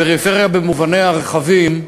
הפריפריה במובניה הרחבים,